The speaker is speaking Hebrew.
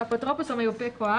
אפוטרופוס או מיופה כוח,